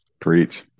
preach